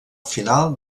final